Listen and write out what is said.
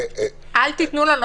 אבל איפה זה יכול לקרות,